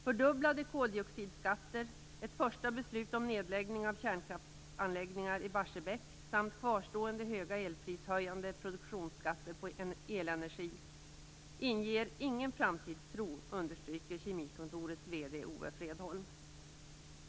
Fördubblade koldioxidskatter, ett första beslut om nedläggning av kärnkraftanläggningar i Barsebäck samt kvarstående höga elprishöjande produktionsskatter på elenergi inger ingen framtidstro, understryker Kemikontorets VD Owe Fredholm.